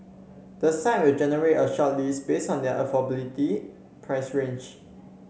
the site will generate a shortlist based on their affordability price range